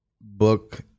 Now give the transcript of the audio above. book